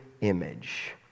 image